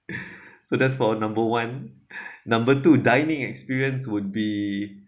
so that's for number one number two dining experience would be